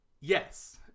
Yes